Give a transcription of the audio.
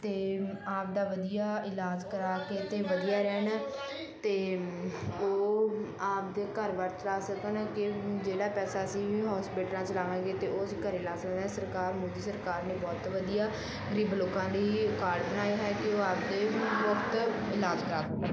ਅਤੇ ਆਪਦਾ ਵਧੀਆ ਇਲਾਜ ਕਰਾ ਕੇ ਅਤੇ ਵਧੀਆ ਰਹਿਣ ਅਤੇ ਉਹ ਆਪਦੇ ਘਰ ਬਾਰ ਚਲਾ ਸਕਣ ਅਤੇ ਜਿਹੜਾ ਪੈਸਾ ਅਸੀਂ ਹੋਸਪੀਟਲਾਂ 'ਚ ਲਾਵਾਂਗੇ ਅਤੇ ਉਹ ਅਸੀਂ ਘਰ ਲਾ ਸਕਦੇ ਹਾਂ ਸਰਕਾਰ ਮੋਦੀ ਸਰਕਾਰ ਨੇ ਬਹੁਤ ਵਧੀਆ ਗਰੀਬ ਲੋਕਾਂ ਲਈ ਕਾਰਡ ਬਣਾਏ ਹੈ ਕਿ ਉਹ ਆਪਦੇ ਮੁਫ਼ਤ ਇਲਾਜ ਕਰਾ ਸਕਣ